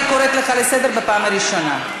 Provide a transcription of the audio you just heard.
אני קוראת אותך לסדר פעם ראשונה.